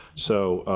so,